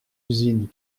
usine